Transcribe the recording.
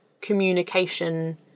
communication